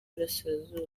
burasirazuba